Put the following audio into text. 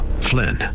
Flynn